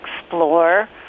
explore